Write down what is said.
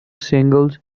singles